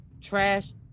trash